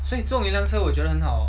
所以这种一辆车我觉得很好